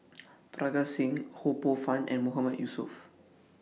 Parga Singh Ho Poh Fun and Mahmood Yusof